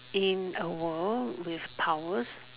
in a world with powers